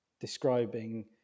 describing